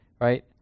right